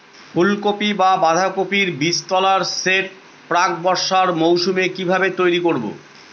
ফুলকপি বা বাঁধাকপির বীজতলার সেট প্রাক বর্ষার মৌসুমে কিভাবে তৈরি করব?